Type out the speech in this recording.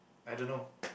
I don't know